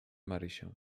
marysię